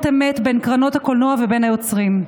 אמת בין קרנות הקולנוע ובין היוצרים.